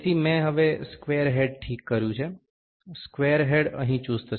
તેથી મેં હવે સ્ક્વેર હેડ ઠીક કર્યું છે સ્ક્વેર હેડ અહીં ચુસ્ત છે